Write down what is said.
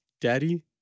Daddy